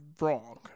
wrong